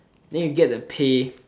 then you get the pay